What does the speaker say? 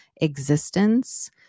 existence